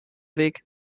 weg